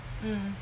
mm